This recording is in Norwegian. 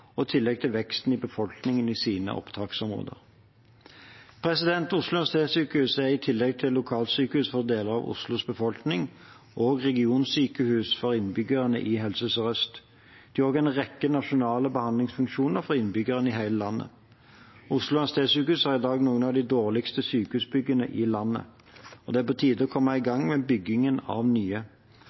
tillegg til veksten i befolkningen i sine oppdragsområder. Oslo universitetssykehus er i tillegg til lokalsykehus for deler av Oslos befolkning også regionsykehus for innbyggerne i Helse Sør-Øst. Det har også en rekke nasjonale behandlingsfunksjoner for innbyggerne i hele landet. Oslo universitetssykehus har i dag noen av de dårligste sykehusbyggene i landet, og det er på tide å komme i gang med byggingen av nye.